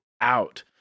out